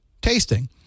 tasting